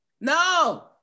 No